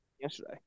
yesterday